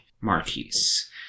Marquise